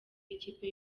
ikipe